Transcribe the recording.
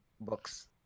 books